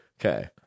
Okay